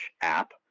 app